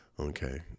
okay